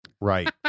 Right